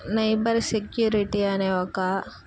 cybersecurity అనే ఒక